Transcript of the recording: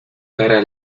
cara